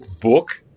book